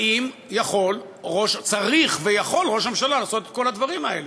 האם צריך ויכול ראש הממשלה לעשות את כל הדברים האלה?